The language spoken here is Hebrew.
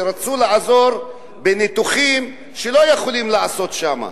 שרצו לעזור בניתוחים שלא יכולים לעשות שם.